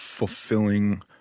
fulfilling